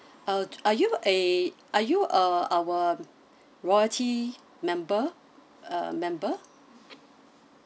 uh are you a are you uh our royalty member uh member